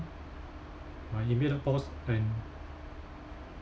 my immediate boss and